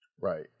Right